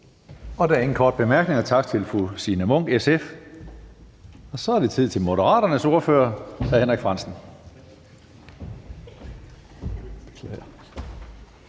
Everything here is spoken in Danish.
Der er ingen korte bemærkninger, så tak til fru Signe Munk, SF. Og så er det tid til Moderaternes ordfører, hr. Henrik Frandsen.